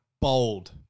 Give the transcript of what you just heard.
bold